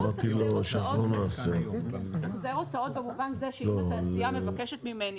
פלוס החזר הוצאות במובן זה שאם התעשיה מבקשת ממני